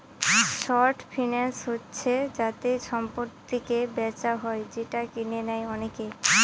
short finance হচ্ছে যাতে সম্পত্তিকে বেচা হয় যেটা কিনে নেয় অনেকে